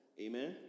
Amen